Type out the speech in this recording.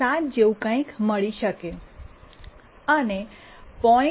7 જેવું કંઈક મળી શકે અને 0